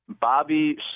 Bobby